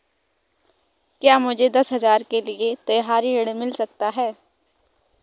क्या मुझे दशहरा के लिए त्योहारी ऋण मिल सकता है?